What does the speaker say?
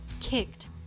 kicked